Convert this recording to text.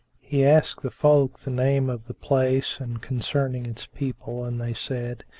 he asked the folk the name of the place and concerning its people and they said,